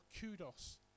kudos